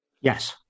Yes